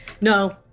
No